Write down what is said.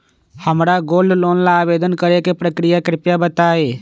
हमरा gold loan ला आवेदन करे के प्रक्रिया कृपया बताई